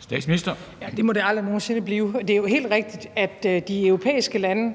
Frederiksen): Det må det aldrig nogen sinde blive. Det er jo helt rigtigt, at de europæiske lande